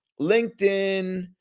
LinkedIn